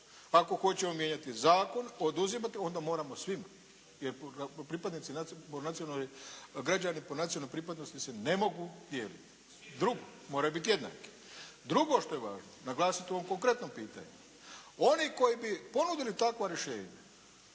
ako hoćemo mijenjati zakon, oduzimati onda moramo svima, jer pripadnici, građani po nacionalnoj pripadnosti se ne mogu dijeliti. Moraju biti jednaki. Drugo što je važno naglasiti u ovom konkretnom pitanju. Oni koji bi ponudili takva rješenja